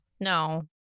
No